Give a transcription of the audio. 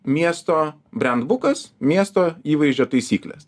miesto brendbukas miesto įvaizdžio taisyklės